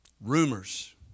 Rumors